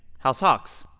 house hawks,